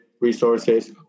resources